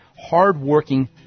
hard-working